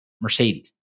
Mercedes